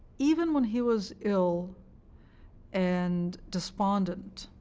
even when he was ill and despondent,